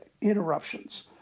interruptions